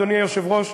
אדוני היושב-ראש,